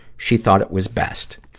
she thought it was best.